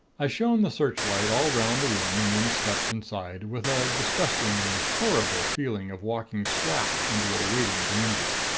i shone the searchlight all round the room, and then stepped inside, with a disgustingly horrible feeling of walking slap into a waiting danger.